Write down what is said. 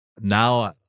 now